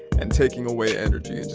and taking away energy. and